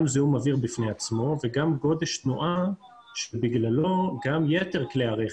זיהום אוויר בפני עצמו וגם גודש תנועה שבגללו גם יתר כלי הרכב,